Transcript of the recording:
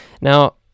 now